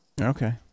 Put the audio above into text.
Okay